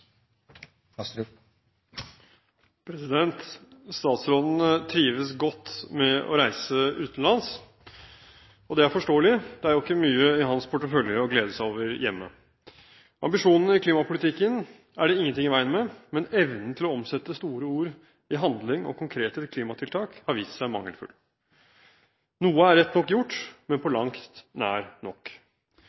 det er jo ikke mye i hans portefølje å glede seg over hjemme. Ambisjonene i klimapolitikken er det ingenting i veien med, men evnen til å omsette store ord i handling og konkrete klimatiltak har vist seg mangelfull. Noe er rett nok gjort, men på langt nær nok.